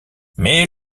mais